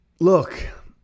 Look